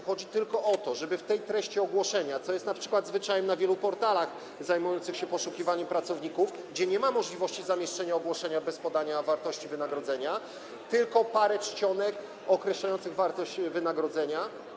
Chodzi tylko o to, żeby w treści ogłoszenia, co jest np. zwyczajem na wielu portalach zajmujących się poszukiwaniem pracowników, gdzie nie ma możliwości zamieszczenia ogłoszenia bez podania wartości wynagrodzenia, wykorzystać parę czcionek określających wartość wynagrodzenia.